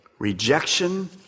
Rejection